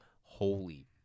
holy